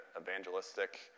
evangelistic